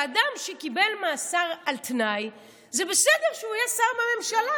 שאדם שקיבל מאסר על תנאי זה בסדר שהוא יהיה שר בממשלה.